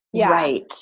Right